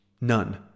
None